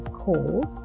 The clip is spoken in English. cold